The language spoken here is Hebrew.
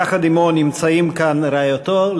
יחד עמו נמצאים כאן רעייתו,